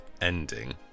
ending